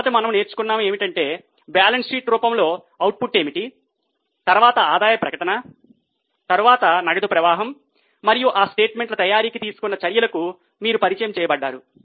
మొదట మనము నేర్చుకున్నాము ఏమిటి అంటే బ్యాలెన్స్ షీట్ రూపంలో అవుట్పుట్ ఏమిటి తరువాత ఆదాయ ప్రకటన తరువాత నగదు ప్రవాహం మరియు ఆ స్టేట్మెంట్ల తయారీకి తీసుకున్న చర్యలకు మీరు పరిచయం చేయబడ్డారు